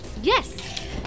yes